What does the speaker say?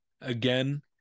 Again